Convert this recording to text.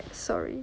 sorry